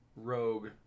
Rogue